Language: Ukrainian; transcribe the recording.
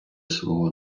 свого